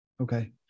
Okay